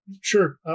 Sure